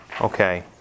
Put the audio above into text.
Okay